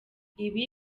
ibi